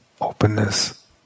openness